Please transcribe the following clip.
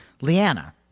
Leanna